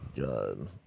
God